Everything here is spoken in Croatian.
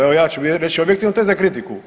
Evo ja ću reći objektivno to je za kritiku.